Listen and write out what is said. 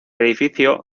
edificio